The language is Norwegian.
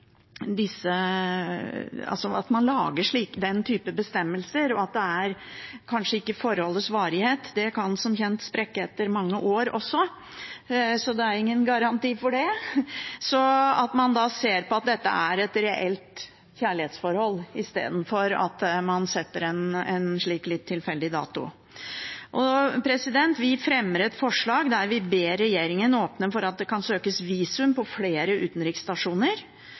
det kan som kjent sprekke etter mange år også, det er ingen garanti – men at dette er et reelt kjærlighetsforhold, i stedet for at man setter en slik litt tilfeldig dato. Vi fremmer et forslag der vi «ber regjeringen åpne for at det kan søkes visum på flere utenriksstasjoner,